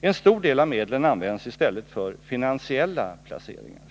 En stor del av medlen används i stället för finansiella placeringar.